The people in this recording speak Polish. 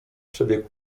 przebiegł